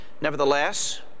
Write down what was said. Nevertheless